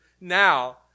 now